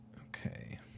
Okay